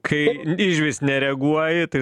kai išvis nereaguoji tai